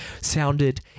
sounded